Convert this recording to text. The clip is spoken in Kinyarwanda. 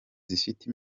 zifite